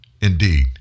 Indeed